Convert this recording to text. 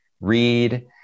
read